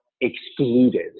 excluded